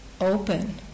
open